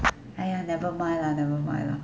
!aiya! never mind lah never mind lah